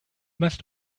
must